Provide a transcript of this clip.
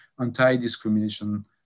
anti-discrimination